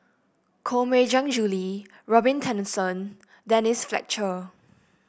Koh Mui Hiang Julie Robin Tessensohn Denise Fletcher